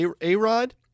A-Rod